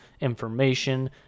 information